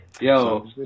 Yo